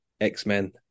X-Men